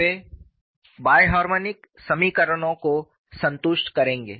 वे द्वि हार्मोनिक समीकरण को संतुष्ट करेंगे